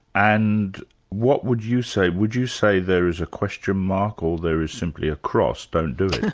and what would you say? would you say there is a question mark or there is simply a cross, don't do it.